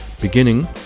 Beginning